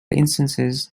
instances